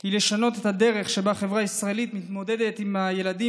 היא לשנות את הדרך שבה החברה הישראלית מתמודדת עם ילדים